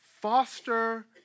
foster